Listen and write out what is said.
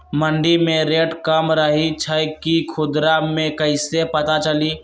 मंडी मे रेट कम रही छई कि खुदरा मे कैसे पता चली?